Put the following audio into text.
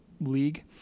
league